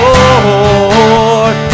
Lord